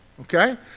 okay